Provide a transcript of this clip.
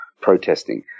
protesting